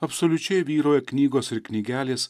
absoliučiai vyrauja knygos ir knygelės